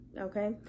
Okay